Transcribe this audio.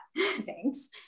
thanks